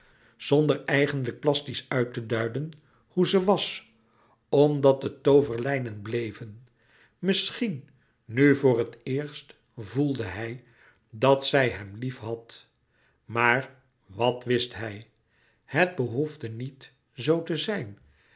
zonder eigenlijk plastiesch uit te duiden hoe ze was omdat het tooverlijnen bleven misschien nu voor het eerst voelde hij dat zij hem liefhad maar wat wist hij het behoefde niet zoo te zijn